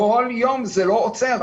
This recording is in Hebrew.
כל יום זה לא עוצר.